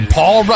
Paul